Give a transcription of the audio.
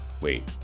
wait